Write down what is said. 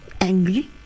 angry